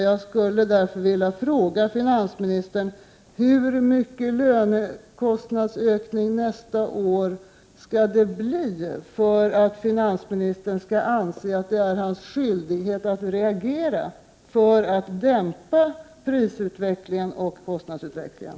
Jag skulle därför vilja fråga finansministern: Hur stor lönekostnadsökning nästa år skall det bli för att finansministern skall anse att det är hans skyldighet att reagera för att dämpa prisutvecklingen och kostnadsutvecklingen?